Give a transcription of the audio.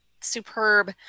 superb